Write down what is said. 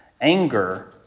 anger